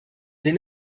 den